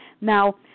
Now